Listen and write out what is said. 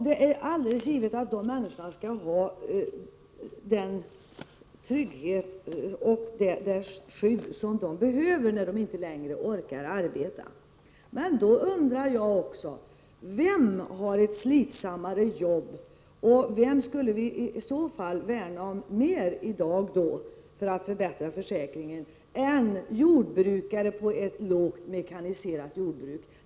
Det är alldeles givet att de människorna skall ha den trygghet och det skydd som de behöver då de inte längre orkar arbeta. Jag undrar emellertid: Vem har ett slitsammare jobb och vem skulle vi i så fall värna mer om i dag för att förbättra försäkringen än jordbrukare på ett lågt mekaniserat jordbruk?